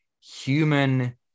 human